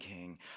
King